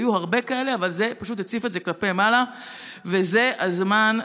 היו הרבה כאלה, אבל זה פשוט הציף את זה כלפי מעלה.